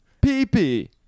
Pee-pee